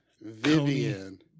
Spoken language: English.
Vivian